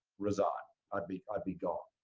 resign. i'd be i'd be gone.